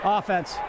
Offense